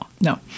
no